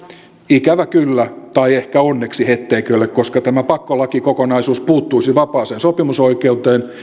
ikävä kyllä tai ehkä onneksi hetteikölle koska tämä pakkolakikokonaisuus puuttuisi vapaaseen sopimusoikeuteen